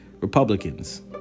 Republicans